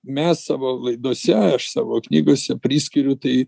mes savo laidose aš savo knygose priskiriu tai